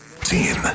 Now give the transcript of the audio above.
Team